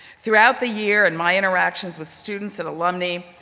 throughout the year in my interactions with students and alumni,